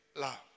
love